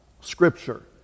Scripture